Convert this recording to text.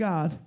God